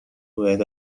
باید